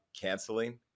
canceling